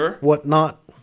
whatnot